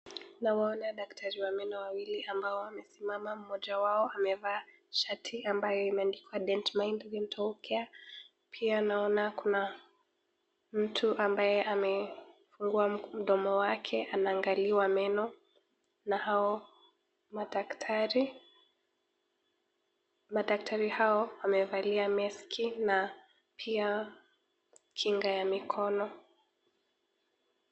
Naona daktari wa meno wawili ambao wamesimama. Mmoja wao amevaa shati ambayo imeandikwa Dent Mind Dental Care . Pia naona kuna mtu ambaye amefungua mdomo wake anaangaliwa meno na hao madaktari. Madaktari hao wamevalia meski na pia kinga ya mikono